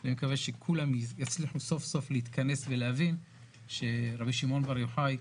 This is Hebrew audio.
אני מקווה שכולם יצליחו סוף-סוף להתכנס ולהבין שרבי שמעון בר-יוחאי,